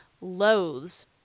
loathes